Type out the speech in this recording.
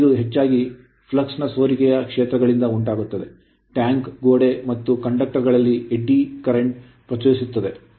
ಇದು ಹೆಚ್ಚಾಗಿ ಫ್ಲಕ್ಸ್ ಸೋರಿಕೆ ಯ ಕ್ಷೇತ್ರಗಳಿಂದ ಉಂಟಾಗುತ್ತದೆ ಟ್ಯಾಂಕ್ ಗೋಡೆ ಮತ್ತು ಕಂಡಕ್ಟರ್ ಗಳಲ್ಲಿ ಎಡ್ಡಿ ಪ್ರವಾಹಗಳನ್ನು ಪ್ರಚೋದಿಸುತ್ತದೆ